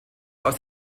aus